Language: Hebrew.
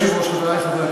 אחר.